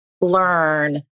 learn